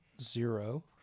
zero